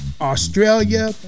Australia